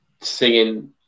singing